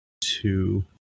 two